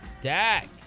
Dak